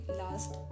last